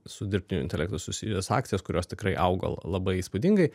su dirbtiniu intelektu susijusias akcijas kurios tikrai auga la labai įspūdingai